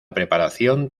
preparación